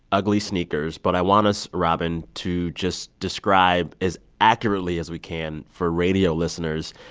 ugly sneakers. but i want us, robin, to just describe, as accurately as we can for radio listeners,